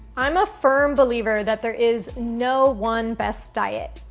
i'm a firm believer that there is no one best diet,